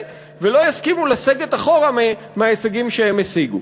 ולא יסכימו לסגת אחורה מההישגים שהם השיגו.